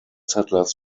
settlers